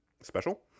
special